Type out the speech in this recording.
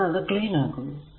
ഞാൻ അത് ക്ലീൻ ആക്കുന്നു